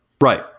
Right